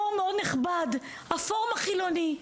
פורום מאוד נכבד, הפורום החילוני.